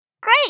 Great